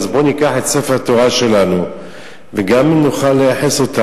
אז בואו ניקח את ספר התורה שלנו וגם נוכל לייחס אותו,